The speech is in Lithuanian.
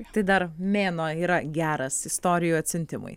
tai dar mėnuo yra geras istorijų atsiuntimui